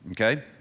Okay